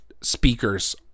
speakers